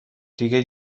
دیگه